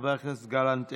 חבר הכנסת גלנט,